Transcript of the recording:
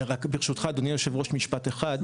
רק ברשותך, אדוני היו"ר, משפט אחד.